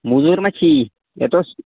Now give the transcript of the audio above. موٚزوٗر ما چھِی یَتھ اوس